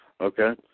okay